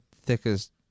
thickest